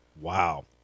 Wow